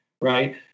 Right